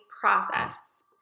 process